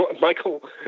Michael